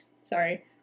Sorry